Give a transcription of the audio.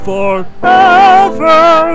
Forever